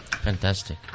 Fantastic